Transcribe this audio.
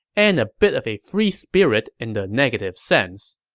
and a bit of a free spirit in the negative sense.